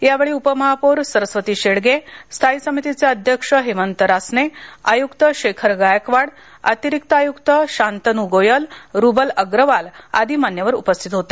यावेळी उपमहापौर सरस्वती शेडगे स्थायी समितीचे अध्यक्ष हेमंत रासने आयुक्त शेखर गायकवाड अतिरिक्त आयुक्त शांतनु गोयल रुबल अग्रवाल आदी मान्यवर उपस्थित होते